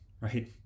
right